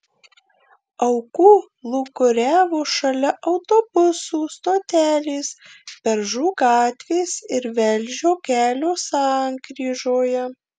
aukų lūkuriavo šalia autobusų stotelės beržų gatvės ir velžio kelio sankryžoje